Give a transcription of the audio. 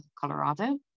Colorado